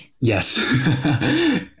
Yes